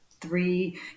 three